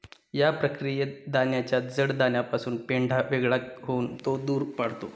या प्रक्रियेत दाण्याच्या जड दाण्यापासून पेंढा वेगळा होऊन तो दूर पडतो